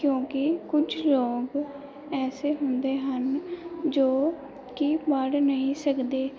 ਕਿਉਂਕਿ ਕੁਝ ਲੋਕ ਐਸੇ ਹੁੰਦੇ ਹਨ ਜੋ ਕਿ ਪੜ੍ਹ ਨਹੀਂ ਸਕਦੇ